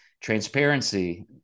Transparency